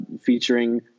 featuring